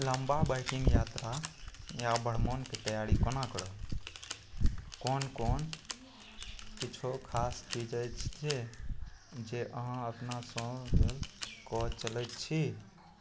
लम्बा बाइकिन्ग यात्रा या भ्रमणके तैआरी कोना करब कोन कोन किछु खास चीज अछि से जे अहाँ अपनासे ड्राइव कऽ चलैत छी